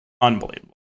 unbelievable